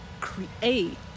create